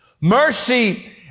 Mercy